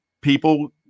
people